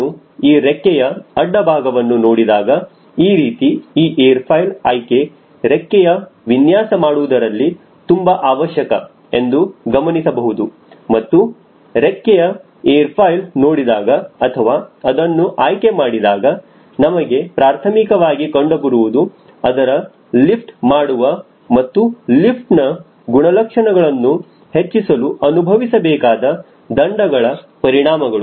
ನಾನು ಈ ರೆಕ್ಕೆಯ ಅಡ್ಡ ಭಾಗವನ್ನು ನೋಡಿದಾಗ ಈ ರೀತಿ ಈ ಏರ್ ಫಾಯ್ಲ್ ಆಯ್ಕೆ ರೆಕ್ಕೆಯ ವಿನ್ಯಾಸ ಮಾಡುವುದರಲ್ಲಿ ತುಂಬಾ ಅವಶ್ಯಕ ಎಂದು ಗಮನಿಸಬಹುದು ಮತ್ತು ರೆಕ್ಕೆಯ ಏರ್ ಫಾಯ್ಲ್ ನೋಡಿದಾಗ ಅಥವಾ ಅದನ್ನು ಆಯ್ಕೆ ಮಾಡಿದಾಗ ನಮಗೆ ಪ್ರಾಥಮಿಕವಾಗಿ ಕಂಡುಬರುವುದು ಅದರ ಲಿಫ್ಟ್ ಮಾಡುವ ಮತ್ತು ಲಿಫ್ಟಿನ ಗುಣಲಕ್ಷಣಗಳನ್ನು ಹೆಚ್ಚಿಸಲು ಅನುಭವಿಸಬೇಕಾದ ದಂಡಗಳ ಪರಿಣಾಮಗಳು